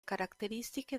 caratteristiche